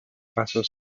pasos